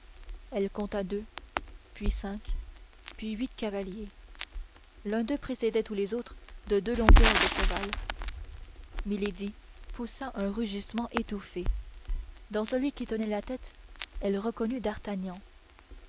elle compta deux puis cinq puis huit cavaliers l'un d'eux précédait tous les autres de deux longueurs de cheval milady poussa un rugissement étouffé dans celui qui tenait la tête elle reconnut d'artagnan